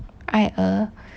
ai er